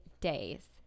days